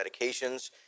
medications